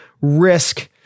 risk